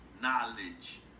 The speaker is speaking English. knowledge